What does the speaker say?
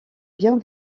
bien